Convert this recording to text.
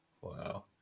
wow